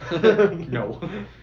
No